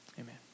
Amen